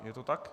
Je to tak?